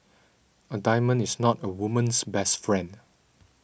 a diamond is not a woman's best friend